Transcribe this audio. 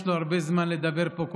יש לו הרבה זמן לדבר פה,